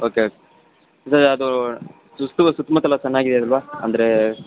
okay sir ಅದು ಸುತ್ತಲೂ ಸುತ್ತಮುತ್ತಲೂ ಚೆನ್ನಾಗಿದೆ ಅಲ್ಲವಾ ಅಂದರೆ